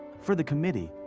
for the committee,